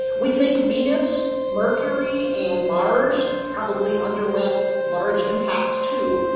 we think venus, mercury and mars probably underwent large impacts too.